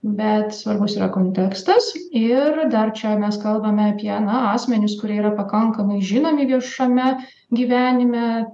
bet svarbus yra kontekstas ir dar čia mes kalbame apie asmenis kurie yra pakankamai žinomi viešame gyvenime